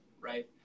right